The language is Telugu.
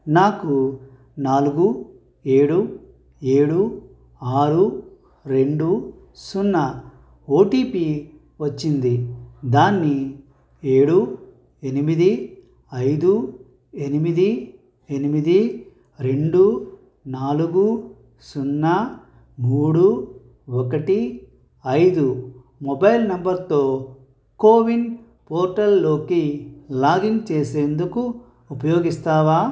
నాకు నాలుగు ఏడు ఏడు ఆరు రెండు సున్నా ఓటీపీ వచ్చింది దాన్ని ఏడు ఎనిమిది ఐదు ఎనిమిది ఎనిమిది రెండు నాలుగు సున్నా మూడు ఒకటి ఐదు మొబైల్ నెంబర్తో కోవిన్ పోర్టల్లోకి లాగిన్ చేసేందుకు ఉపయోగిస్తావా